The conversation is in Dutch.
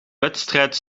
wedstrijd